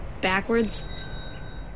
backwards